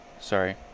Sorry